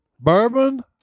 Bourbon